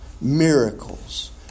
miracles